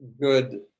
good